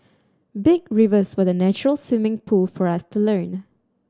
big rivers were the natural swimming pool for us to learn